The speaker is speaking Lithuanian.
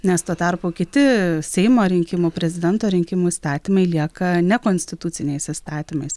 nes tuo tarpu kiti seimo rinkimų prezidento rinkimų įstatymai lieka nekonstituciniais įstatymais